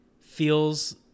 feels